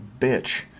bitch